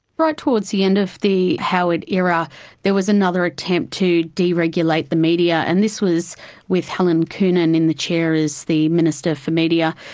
right towards the end of the howard era there was another attempt to deregulate the media, and this was with helen coonan in the chair as the minister for media.